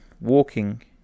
walking